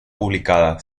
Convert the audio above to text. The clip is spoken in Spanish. publicada